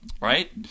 right